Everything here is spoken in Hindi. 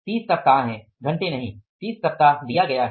30 सप्ताह हैं घंटे नहीं 30 सप्ताह दिया गया है